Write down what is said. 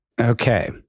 Okay